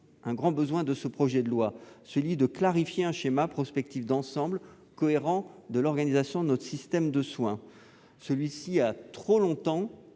un grand besoin au regard de ce projet de loi, celui de clarifier un schéma prospectif d'ensemble, cohérent, de l'organisation de notre système de soins. Ce dernier